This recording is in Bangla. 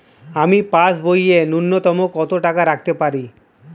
আমি পাসবইয়ে ন্যূনতম কত টাকা রাখতে পারি?